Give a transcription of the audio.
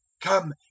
come